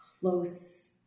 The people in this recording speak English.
close